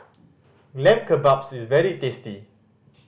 Lamb Kebabs is very tasty